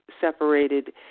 separated